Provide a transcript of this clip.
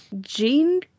Gene